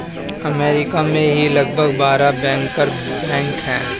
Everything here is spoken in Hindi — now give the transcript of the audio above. अमरीका में ही लगभग बारह बैंकर बैंक हैं